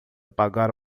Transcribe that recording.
pagar